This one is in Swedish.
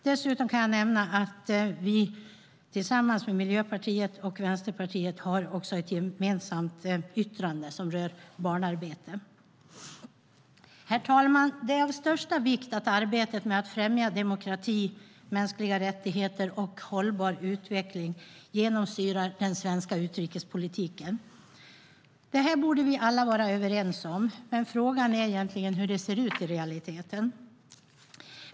Dessutom kan jag nämna att vi tillsammans med Miljöpartiet och Vänsterpartiet också har ett gemensamt särskilt yttrande som rör barnarbete. Herr talman! Det är av största vikt att arbetet med att främja demokrati, mänskliga rättigheter och hållbar utveckling genomsyrar den svenska utrikespolitiken. Detta borde vi alla vara överens om, men frågan är hur det ser ut i realiteten.